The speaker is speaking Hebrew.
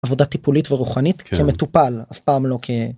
עבודה טיפולית ורוחנית כמטופל אף פעם לא כ...